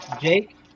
Jake